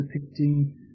depicting